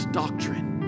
doctrine